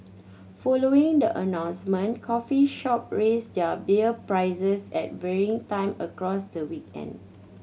following the announcement coffee shop raised their beer prices at varying time across the weekend